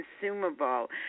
consumable